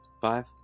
Five